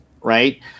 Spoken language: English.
right